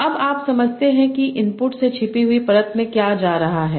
तो अब आप समझते हैं कि इनपुट से छिपी हुई परत में क्या जा रहा है